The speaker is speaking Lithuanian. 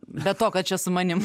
be to kad čia su manim